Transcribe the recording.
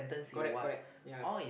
correct correct ya